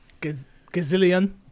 Gazillion